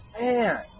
man